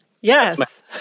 yes